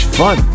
fun